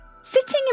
Sitting